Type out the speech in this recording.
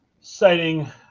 citing